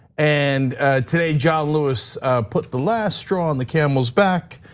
and today, john lewis put the last straw on the camel's back,